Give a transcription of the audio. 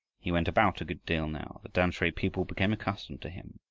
he went about a good deal now. the tamsui people became accustomed to him,